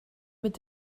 mit